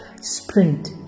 sprint